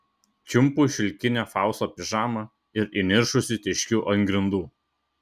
čiumpu šilkinę fausto pižamą ir įniršusi teškiu ant grindų